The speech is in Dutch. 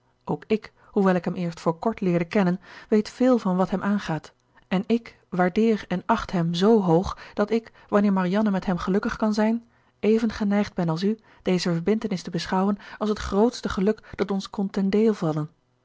ook ik hoewel ik hem eerst voor kort leerde kennen weet veel van wat hem aangaat en ik waardeer en acht hem z hoog dat ik wanneer marianne met hem gelukkig kan zijn even geneigd ben als u deze verbintenis te beschouwen als het grootste geluk dat ons kon ten deel vallen